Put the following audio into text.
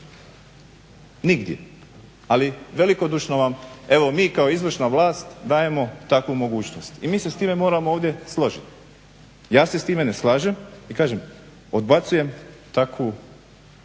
Nigdje, ali velikodušno vam evo mi kao izvršna vlast dajemo takvu mogućnost. I mi se s time moramo ovdje složiti. Ja se s time ne slažem i kažem odbacujem takvu